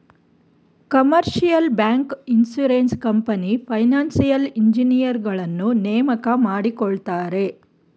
commercial bank, insurance company, financial ಇಂಜಿನಿಯರುಗಳನ್ನು ನೇಮಕ ಮಾಡಿಕೊಳ್ಳುತ್ತಾರೆ